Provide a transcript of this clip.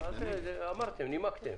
נימקתם.